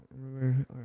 remember